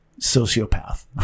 sociopath